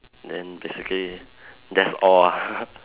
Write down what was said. then basically that's all ah